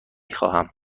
خواهم